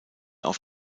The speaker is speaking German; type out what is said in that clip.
auf